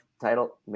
title